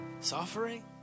Suffering